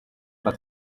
but